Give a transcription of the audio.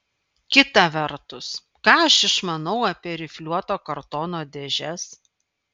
kita vertus ką aš išmanau apie rifliuoto kartono dėžes